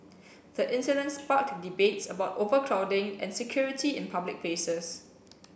the incident sparked debates about overcrowding and security in public spaces